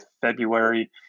February